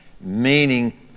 meaning